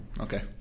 okay